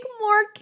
more